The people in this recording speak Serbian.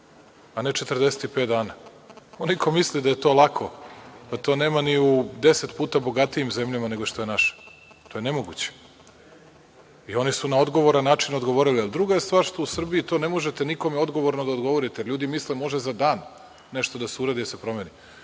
a ne 45 dana. Onaj ko misli da je to lako, pa to nema ni u deset puta bogatijim zemljama nego što je naša. To je nemoguće i oni su na odgovoran način odgovorili. Ali, druga je stvar što u Srbiji to ne možete nikome odgovorno da odgovorite, ljudi misle može za dan nešto da se uradi, da se